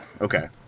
okay